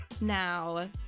now